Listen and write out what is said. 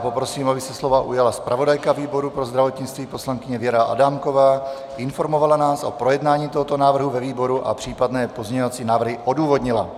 Poprosím, aby se slova ujala zpravodajka výboru pro zdravotnictví poslankyně Věra Adámková, informovala nás o projednání tohoto návrhu ve výboru a případné pozměňovací návrhy odůvodnila.